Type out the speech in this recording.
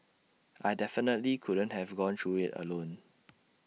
I definitely couldn't have gone through IT alone